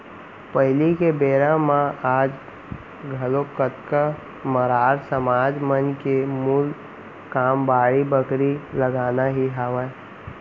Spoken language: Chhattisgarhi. पहिली के बेरा म आज घलोक कतको मरार समाज मन के मूल काम बाड़ी बखरी लगाना ही हावय